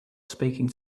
speaking